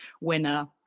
winner